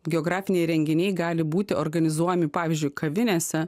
geografiniai renginiai gali būti organizuojami pavyzdžiui kavinėse